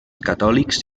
catòlics